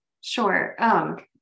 Sure